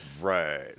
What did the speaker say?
right